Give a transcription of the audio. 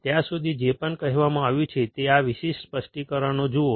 ત્યાં સુધી જે પણ કહેવામાં આવ્યું છે તે આ વિશિષ્ટ સ્પષ્ટીકરણો જુઓ